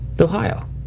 Ohio